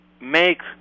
make